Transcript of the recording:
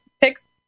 picks